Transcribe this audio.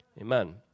Amen